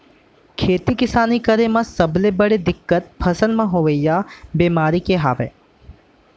खेती किसानी करे म सबले बड़े दिक्कत फसल म होवइया बेमारी के हवय